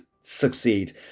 succeed